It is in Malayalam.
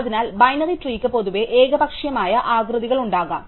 അതിനാൽ ബൈനറി ട്രീക്ക് പൊതുവെ ഏകപക്ഷീയമായ ആകൃതികൾ ഉണ്ടാകാം